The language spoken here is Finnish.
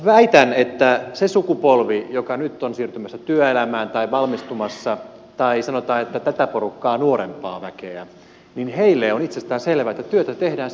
väitän että sille sukupolvelle joka nyt on siirtymässä työelämään tai valmistumassa tai sanotaan että tätä porukkaa nuoremmalle väelle on itsestään selvää että työtä tehdään silloin kun sitä on